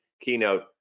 keynote